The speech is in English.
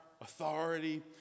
authority